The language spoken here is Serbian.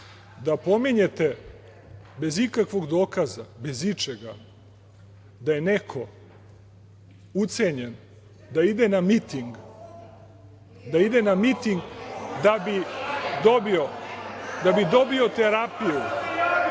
pominjete bez ikakvog dokaza, bez ičega da je neko ucenjen da ide na miting da bi dobio terapiju,